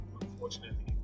Unfortunately